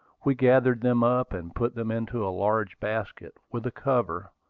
we gathered them up, and put them into a large basket, with a cover,